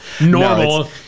normal